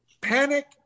panic